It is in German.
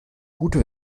gute